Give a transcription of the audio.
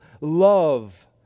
love